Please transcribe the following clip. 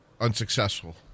unsuccessful